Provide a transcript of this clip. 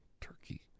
Turkey